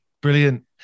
Brilliant